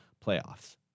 playoffs